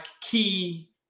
key